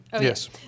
Yes